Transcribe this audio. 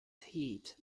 heat